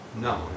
No